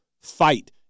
fight